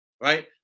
right